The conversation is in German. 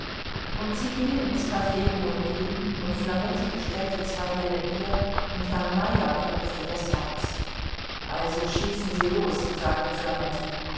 und sie gingen ins caf lohengrin und flametti bestellte zwei helle bier und herrn meyer klopfte das herz also schießen sie los sagte